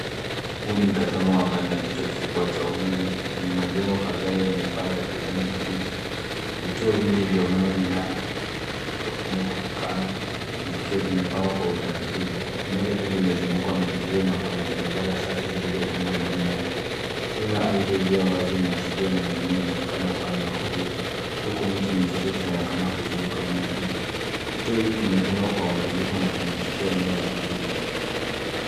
Huu ni mtazamo wa angani wa kituo kikubwa cha umeme chenye majengo kadhaa yenye paa za kijani kibichi. Vituo vingi vya umeme minane na nyaya ya umeme inaonekana zikiwa zimepangwa kwa utaratibu. Eneo lote limezungukwa na uzio na kuna barabara safi zilizojengwa ndani yake. Sehemu ya ardhi iliyo wazi na isiyo na mimea inaonekana upande wa kulia huku miti michache ikionekana kuzunguka eneo hilo. Kituo hiki kimejengwa kwa uangalifu na kinachukua eneo la kubwa.